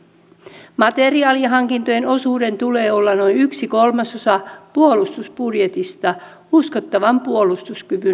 mutta ette te pääse sitä karkuun mistä tämä välikysymys tehtiin